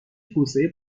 توسعه